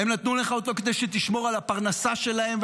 הם נתנו לך אותו כדי שתשמור על הפרנסה שלהם,